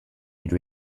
could